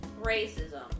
Racism